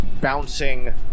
bouncing